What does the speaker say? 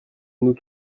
nous